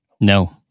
No